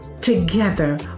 Together